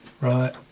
Right